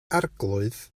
arglwydd